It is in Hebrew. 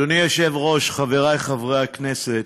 אדוני היושב-ראש, חבר חברי הכנסת,